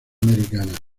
americana